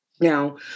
Now